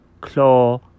claw